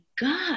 God